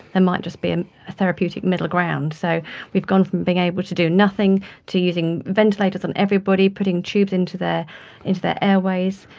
and might just be a therapeutic middle ground. so we've gone from being able to do nothing to using ventilators on everybody, putting tubes into their into their airways,